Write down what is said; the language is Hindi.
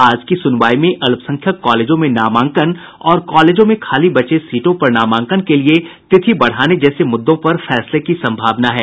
आज की सुनवाई में अल्पसंख्यक कॉलेजों में नामांकन और कॉलेजों में खाली बचे सीटों पर नामांकन के लिए तिथि बढ़ाने जैसे मुद्दों पर फैसले की सम्भावना है